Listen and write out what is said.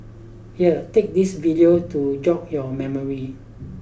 here take this video to jog your memory